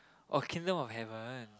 oh Kingdom of Heaven